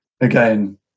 again